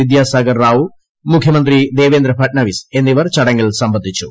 വിദ്യാസാഗർറാവു മുഖ്യമന്ത്രി ദേവേന്ദ്ര ഫട്നാവിസ് എന്നിവർ ചടങ്ങിൽ സംബന്ധിച്ചു